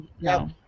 No